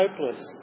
hopeless